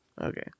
okay